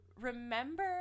remember